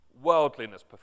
worldliness